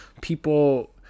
people